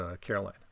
Caroline